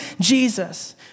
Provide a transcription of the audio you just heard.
Jesus